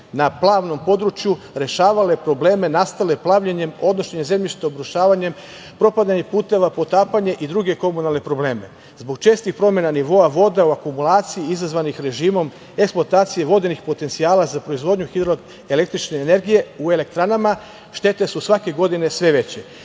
na plavnom području rešavale probleme nastale plavljenjem, odnošenje zemljišta, obrušavanjem, propadanjem puteva, potapanje i druge komunalne probleme. Zbog čestih promena nivoa voda u akumulaciji izazvanih režimom eksploatacije vodenih potencijala za proizvodnju hidroelektrične energije u elektranama štete su svake godine sve